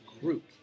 group